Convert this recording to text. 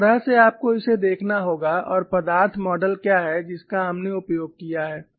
इस तरह से आपको इसे देखना होगा और पदार्थ मॉडल क्या है जिसका हमने उपयोग किया है